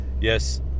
yes